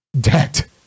debt